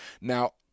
Now